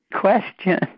question